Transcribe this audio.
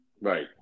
Right